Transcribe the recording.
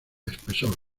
espesor